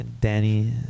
Danny